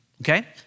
okay